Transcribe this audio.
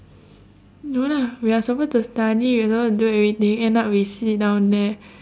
no lah we are supposed to study you know do everything end up we sit down there